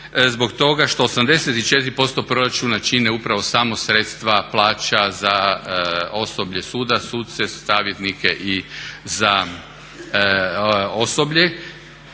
zbog toga što 84% proračuna čine upravo samo sredstva plaća za osoblje suda, suce, savjetnike i za osoblje